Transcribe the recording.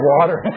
Water